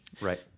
Right